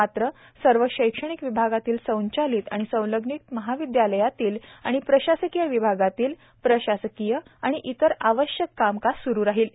मात्र सर्व शैक्षणिक विभागातील संचलित आणि संलग्नित महाविद्यालयातील आणि प्रशासकीय विभागातील प्रशासकीय व इतर आवश्यक कामकाज स्रू राहील